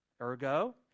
Ergo